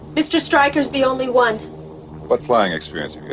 mr. stryker's the only one but flying experience